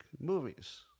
movies